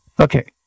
Okay